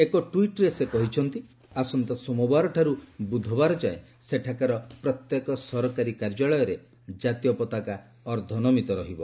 ଏକ ଟ୍ୱିଟ୍ରେ ସେ କହିଛନ୍ତି ଆସନ୍ତା ସୋମବାରଠାରୁ ବୁଧବାର ଯାଏଁ ସେଠାକାର ପ୍ରତ୍ୟେକ ସରକାରୀ କାର୍ଯ୍ୟାଳୟରେ ଜାତୀୟ ପତାକା ଅର୍ଦ୍ଧନମିତ ରହିବ